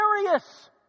serious